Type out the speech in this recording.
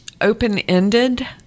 open-ended